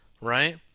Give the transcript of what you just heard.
right